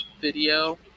video